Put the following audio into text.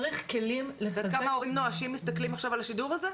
את יודעת כמה הורים נואשים מסתכלים עכשיו על השידור הזה.